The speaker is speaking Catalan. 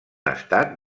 estat